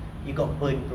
you got burned bro